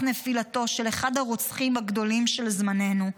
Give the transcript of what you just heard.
נפילתו של אחד הרוצחים הגדולים של זמננו,